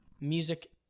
music